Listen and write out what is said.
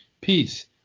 Peace